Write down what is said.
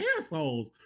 assholes